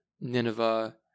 Nineveh